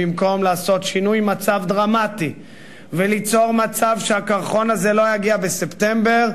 במקום לעשות שינוי מצב דרמטי וליצור מצב שהקרחון הזה לא יגיע בספטמבר,